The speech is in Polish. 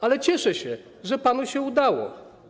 Ale cieszę się, że panu się udało.